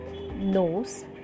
nose